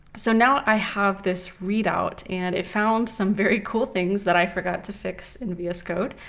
so now i have this readout, and it found some very cool things that i forgot to fix in vs code,